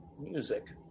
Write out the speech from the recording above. Music